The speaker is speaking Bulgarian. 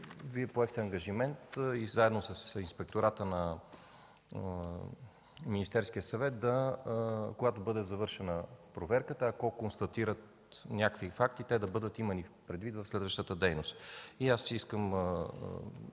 Вие поехте ангажимент и заедно с Инспектората на Министерския съвет, когато бъде завършена проверката, ако се констатират някакви факти, те ще се имат предвид в следващата дейност. Искам